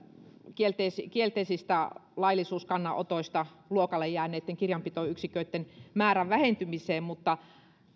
kielteisistä kielteisistä laillisuuskannanotoista luokalle jääneitten kirjanpitoyksiköitten määrän vähentymiseen mutta